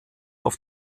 auf